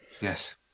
Yes